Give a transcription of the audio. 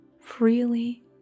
freely